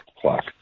clock